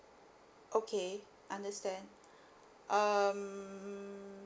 okay understand um